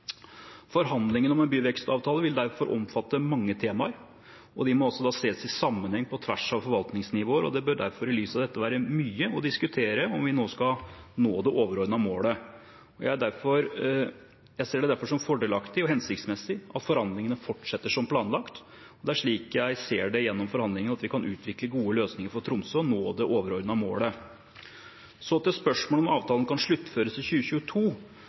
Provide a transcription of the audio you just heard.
Forhandlingene om en byvekstavtale vil derfor omfatte mange temaer, og de må ses i sammenheng på tvers av forvaltningsnivåer. Det bør derfor, i lys av dette, være mye å diskutere om vi nå skal nå det overordnede målet. Jeg ser det derfor som fordelaktig og hensiktsmessig at forhandlingene fortsetter som planlagt. Slik jeg ser det, er det gjennom forhandlinger vi kan utvikle gode løsninger for Tromsø og nå det overordnede målet. Til spørsmålet om avtalen kan sluttføres i 2022: